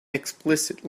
explicit